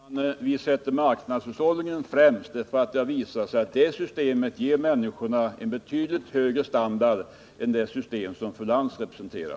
Herr talman! Vi sätter marknadshushållningen främst därför att det har visat sig att det systemet ger människorna en betydligt högre standard än det 61 system fru Lantz representerar.